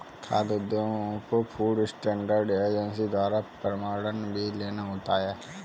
खाद्य उद्योगों को फूड स्टैंडर्ड एजेंसी द्वारा प्रमाणन भी लेना होता है